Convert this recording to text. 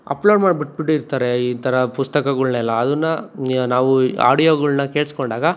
upload ಮಾಡ್ಬಿಟ್ಟುಬಿಟ್ಟಿರ್ತಾರೆ ಈ ಥರ ಪುಸ್ತಕಗಳ್ನೆಲ್ಲ ಅದನ್ನ ನಾವು ಆಡಿಯೋಗಳ್ನ ಕೇಳಿಸ್ಕೊಂಡಾಗ